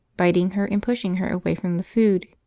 biting her and pushing her away from the food.